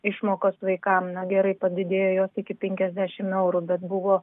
išmokos vaikam na gerai padidėjo iki penkiasdešimt eurų bet buvo